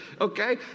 Okay